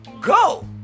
go